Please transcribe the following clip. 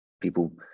People